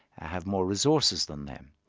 have more resources than them,